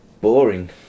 boring